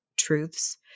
Truths